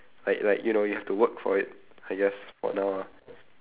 like like you know you have to work for it I guess for now ah